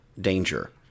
danger